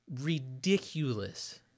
ridiculous